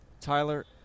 tyler